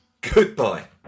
Goodbye